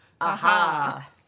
aha